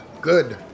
good